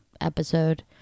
episode